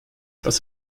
was